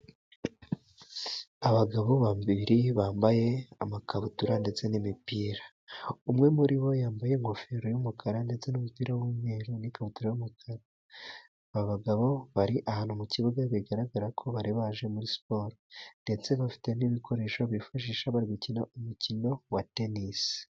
Abagabo babiri, bambaye amakabutura ndetse n'imipira, umwe muri bo yambaye ingofero y'umukara, ndetse n'umupira w'umweru n'ikabutura y'umukara, abagabo bari ahantu mu kibuga, bigaragara ko bari baje muri siporo ndetse bafite n'ibikoresho, bifashisha bari gukina umukino wa tenisi.